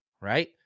right